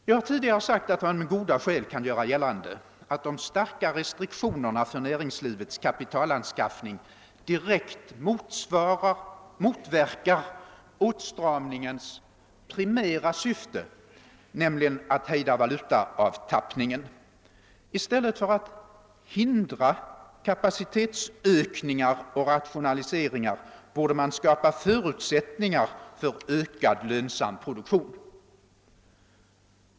Jag har tidigare sagt att man med goda skäl kan göra gällande att de starka restriktionerna för näringslivets kapitalanskaffning direkt motverkar åtstramningens primära syfte, nämligen att hejda valutaavtappningen. I stället för att hindra kapacitetsökningar och rationaliseringar borde man skapa förutsättningar för ökad, lönsam produktion.